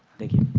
thank you.